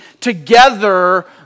together